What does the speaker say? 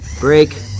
Break